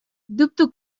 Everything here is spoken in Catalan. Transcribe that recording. dubto